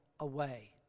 away